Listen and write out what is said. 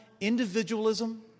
individualism